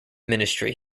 ministry